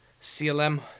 CLM